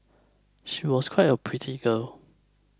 she was quite a pretty girl